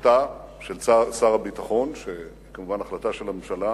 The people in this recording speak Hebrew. החלטה של שר הביטחון, כמובן, החלטה של הממשלה,